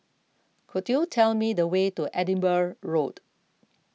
could you tell me the way to Edinburgh Road